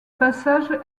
passages